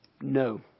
No